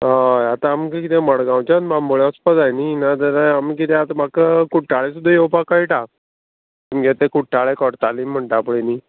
हय आतां आमकां किदें मडगांवच्यान बांबोळे वचपा जाय न्ही ना जाल्यार आमी किदें आतां म्हाका कुट्टाळे सुद्दां येवपाक कळटा तुमगे तें कुट्टाळें कोरतालीम म्हणटा पळय न्ही